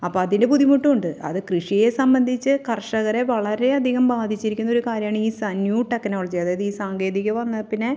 അപ്പോൾ അതിൻ്റെ ബുദ്ധിമുട്ടും ഉണ്ട് അത് കൃഷിയെ സംബന്ധിച്ച് കർഷകരെ വളരെയധികം ബാധിച്ചിരിക്കുന്ന ഒരു കാര്യമാണ് ഈ നൂ ടെക്നോളജി അതായത് ഈ സാങ്കേതിക വന്നതിൽപ്പിന്നെ